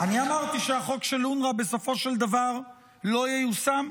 אני אמרתי שהחוק של אונר"א בסופו של דבר לא ייושם?